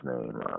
name